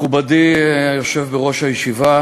מכובדי היושב בראש הישיבה,